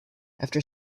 after